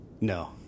No